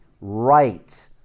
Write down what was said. right